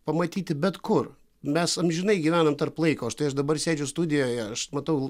pamatyti bet kur mes amžinai gyvenam tarp laiko štai aš dabar sėdžiu studijoje aš matau